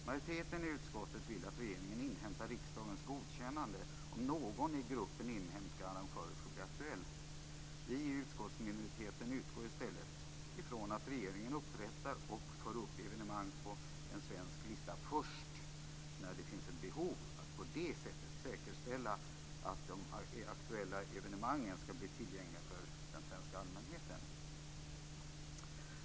Majoriteten i utskottet vill att regeringen inhämtar riksdagens godkännande om någon i gruppen inhemska arrangörer skulle bli aktuell. Vi i utskottsminoriteten utgår i stället från att regeringen upprättar och för upp evenemang på en svensk lista först när det finns ett behov av att på det sättet säkerställa att de aktuella evenemangen skall bli tillgängliga för den svenska allmänheten.